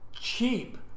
cheap